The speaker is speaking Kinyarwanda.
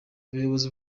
ubuyobozi